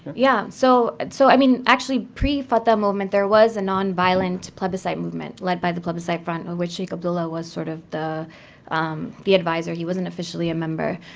yeah, so and so i mean actually, pre-fatha movement, there was a nonviolent plebiscite movement led by the plebiscite front, of which sheik abdullah was sort of the the advisor. he wasn't officially a member.